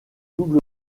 double